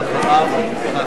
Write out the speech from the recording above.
נתקבלה.